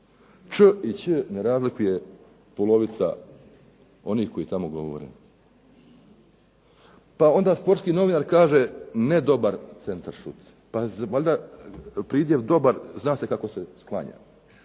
Č i ć ne razlikuje polovica onih koji tamo govore. Pa onda sportski novinar kaže "ne dobar centaršut". Pa valjda pridjev dobar zna se kako se sklanja.